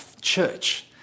church